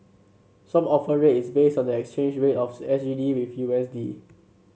Swap Offer Rate is based on the exchange rate of S G D with U S D